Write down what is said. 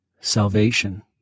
Salvation